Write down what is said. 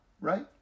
right